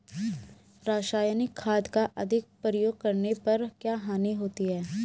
रासायनिक खाद का अधिक प्रयोग करने पर क्या हानि होती है?